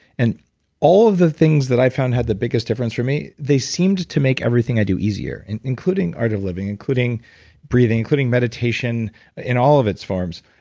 and all of the things that i've found had the biggest difference for me they seemed to make everything i do easier, and including art of living, including breathing, including meditation in all of its forms.